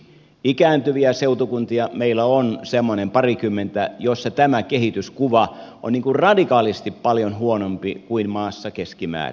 ikääntyviä seutukuntia meillä on semmoinen parikymmentä joissa tämä kehityskuva on radikaalisti paljon huonompi kuin maassa keskimäärin